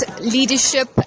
leadership